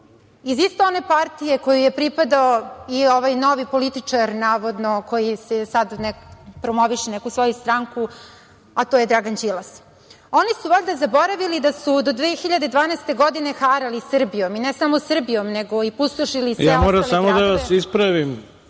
iz iste one partije kojoj je pripadao i ovaj novi političar, navodno koji sada promoviše neku svoju stranku, a to je Dragan Đilas. Oni su valjda zaboravili da su do 2012. godine harali Srbijom i ne samo Srbijom nego i pustošili sve ostale gradove.(Predsednik: Ja moram samo da vas ispravim.